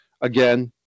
again